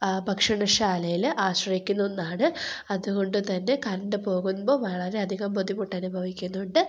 ഭക്ഷണശാലയിൽ ആശ്രയിക്കുന്ന ഒന്നാണ് അതുകൊണ്ടു തന്നെ കറെണ്ട് പോകുമ്പോൾ വളരെയധികം ബുദ്ധിമുട്ടനുഭവിക്കുന്നുണ്ട്